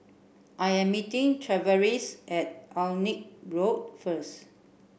I am meeting Tavaris at Alnwick Road first